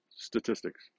statistics